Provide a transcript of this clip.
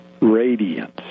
radiance